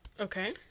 Okay